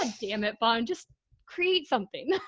ah damn it. bomb. just create something.